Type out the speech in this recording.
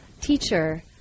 teacher